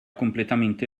completamente